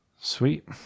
sweet